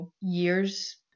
years